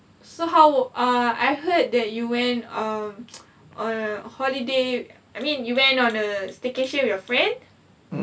so how ah I heard that you went on on a holiday I mean you went on a staycation with your friend